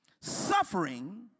suffering